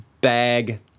bag